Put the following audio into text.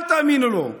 אל תאמינו לו.